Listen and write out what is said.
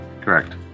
Correct